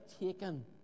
taken